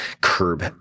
curb